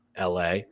la